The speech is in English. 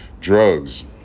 drugs